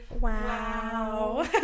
Wow